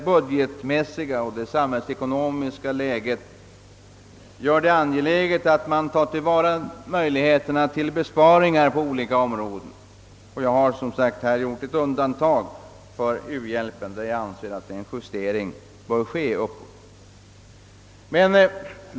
Budgetläget och samhällsekonomien gör det högst angeläget att vi tillvaratar de besparingsmöjligheter som finns på olika områden, och jag har här bara gjort undantag för u-hjälpen. Där anser jag att en justering uppåt bör ske.